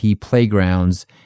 Playgrounds